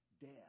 death